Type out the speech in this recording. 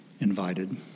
invited